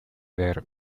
their